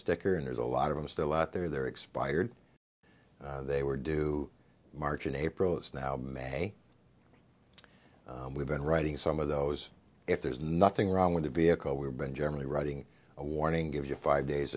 sticker and there's a lot of them still out there they're expired they were due march and april is now mad we've been writing some of those if there's nothing wrong with the vehicle we've been generally writing a warning give you five days